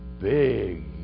big